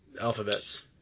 alphabets